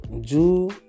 Jew